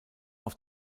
auf